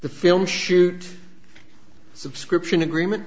the film shoot subscription agreement